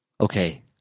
okay